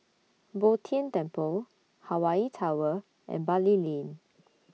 Bo Tien Temple Hawaii Tower and Bali Lane